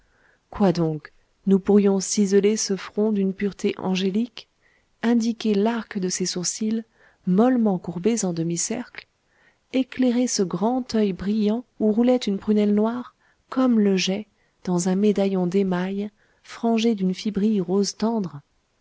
quoi donc nous pourrions ciseler ce front d'une pureté angélique indiquer l'arc de ces sourcils mollement courbés en demi-cercle éclairer ce grand oeil brillant où roulait une prunelle noire comme le jais dans un médaillon d'émail frangé d'une fibrille rose tendre